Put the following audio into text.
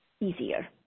easier